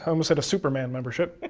i almost said a superman membership.